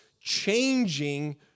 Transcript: changing